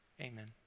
Amen